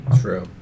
True